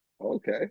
Okay